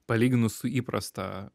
palyginus su įprasta